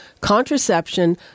contraception